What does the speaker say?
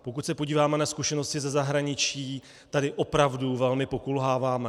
Pokud se podíváme na zkušenosti ze zahraničí, tady opravdu velmi pokulháváme.